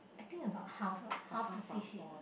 I think about half lah half the fish head